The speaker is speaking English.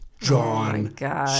John